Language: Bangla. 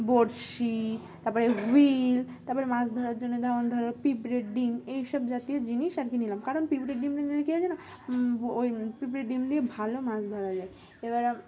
বঁড়শি তারপরে হুইল তারপরে মাছ ধরার জন্য তেমন ধরো পিঁপড়ের ডিম এই সব জাতীয় জিনিস আর কি নিলাম কারণ পিঁপড়ির ডিমটা নিলে কি হয় জান ওই পিঁপড়ির ডিম দিয়ে ভালো মাছ ধরা যায় এবার